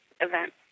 event